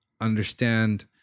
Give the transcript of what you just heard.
understand